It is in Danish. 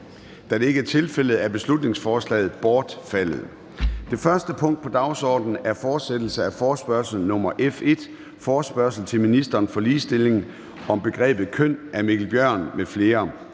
Da det ikke er tilfældet, er beslutningsforslaget bortfaldet. --- Det første punkt på dagsordenen er: 1) Fortsættelse af forespørgsel nr. F 1 [afstemning]: Forespørgsel til ministeren for ligestilling om begrebet køn. Af Mikkel Bjørn (DF) m.fl.